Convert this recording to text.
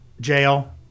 jail